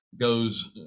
goes